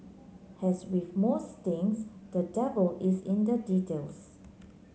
has with most things the devil is in the details